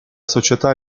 società